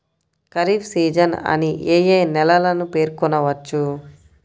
Kharif season అని ఏ ఏ నెలలను పేర్కొనవచ్చు?